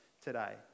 today